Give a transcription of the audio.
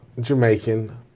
Jamaican